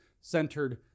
centered